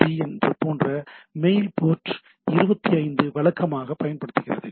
B போன்ற mail port 25 வழக்கமாக பயன்படுத்துகிறது